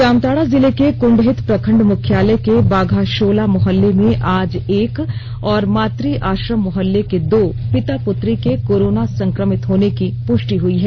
जामताडा जिले के कृंडहित प्रखंड मुख्यालय के बाघाशोला मोहल्ले में आज एक और मात आश्रम मोहल्ले के दो पिता पुत्री के कोरोना संक्रमित होने की पुष्टि हुई है